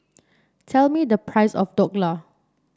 tell me the price of Dhokla